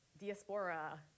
Diaspora